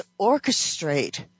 orchestrate